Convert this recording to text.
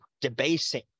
debasing